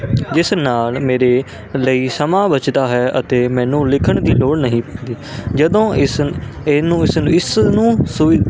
ਜਿਸ ਨਾਲ ਮੇਰੇ ਲਈ ਸਮਾਂ ਬਚਦਾ ਹੈ ਅਤੇ ਮੈਨੂੰ ਲਿਖਣ ਦੀ ਲੋੜ ਨਹੀਂ ਪੈਂਦੀ ਜਦੋਂ ਇਸ ਇਹਨੂੰ ਇਸ ਇਸ ਨੂੰ ਸੁਵੀ